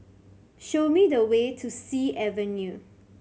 show me the way to Sea Avenue